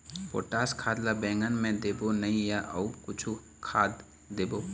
Potash खाद ला बैंगन मे देबो नई या अऊ कुछू खाद देबो?